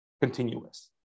continuous